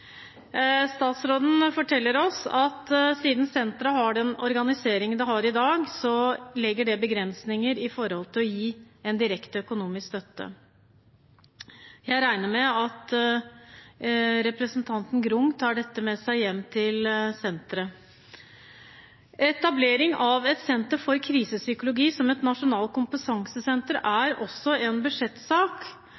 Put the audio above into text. Statsråden forteller oss at siden senteret har den organiseringen det har i dag, legger det begrensninger med hensyn til å gi en direkte økonomisk støtte. Jeg regner med at representanten Grung tar dette med seg hjem til senteret. Etablering av et senter for krisepsykologi som et nasjonalt kompetansesenter er også en budsjettsak,